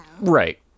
Right